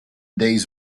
days